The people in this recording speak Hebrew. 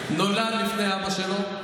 נולד לפני אבא שלו,